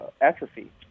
atrophy